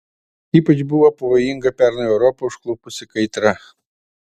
ypač buvo pavojinga pernai europą užklupusi kaitra